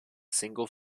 single